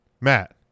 Matt